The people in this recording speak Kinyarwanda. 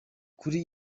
kuri